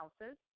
houses